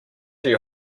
you